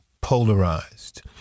polarized